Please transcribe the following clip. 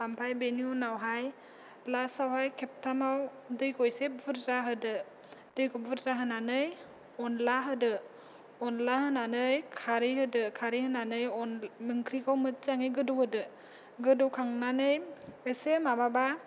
ओमफ्राय बेनि उनावहाय लास्टावहाय खेबथामाव दैखौ एसे बुरजा होदो दैखौ बुरजा होनानै अन्दला होदो अन्दला होनानै खारै होदो खारै होनानै ओंख्रिखौ मोजां गोदौ होदो गोदौखांनानै एसे माबाबा